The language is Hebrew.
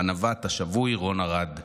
'הנווט השבוי רון ארד',